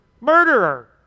murderer